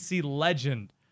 legend